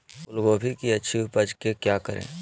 फूलगोभी की अच्छी उपज के क्या करे?